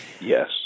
Yes